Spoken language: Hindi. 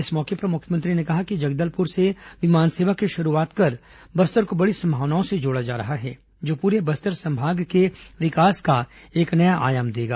इस अवसर पर मुख्यमंत्री ने कहा कि जगदलपुर से विमान सेवा की शुरूआत कर बस्तर को बड़ी संभावनाओं से जोड़ा जा रहा है जो पूरे बस्तर संभाग के विकास का एक नया आयाम देगा